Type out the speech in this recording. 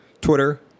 Twitter